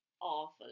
awful